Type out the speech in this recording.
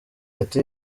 ati